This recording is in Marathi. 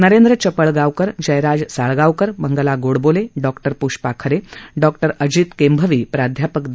नरेंद्र चपळगावकर जयराज साळगावकर मंगला गोडबोले डॉक्टर पृष्पाखरे डॉक्टर अजित केंभवी प्राध्यापक द